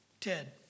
Ted